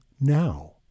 now